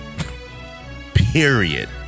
Period